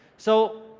so,